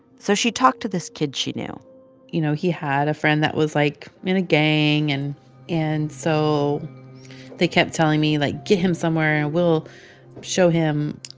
so she talked to this kid she knew you know, he had a friend that was, like, in a gang. and and so they kept telling me, like, get him somewhere, and we'll show him.